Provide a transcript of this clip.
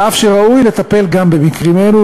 אף שראוי לטפל גם במקרים אלו,